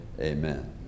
Amen